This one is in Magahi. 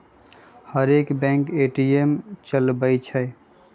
हरेक बैंक ए.टी.एम चलबइ छइ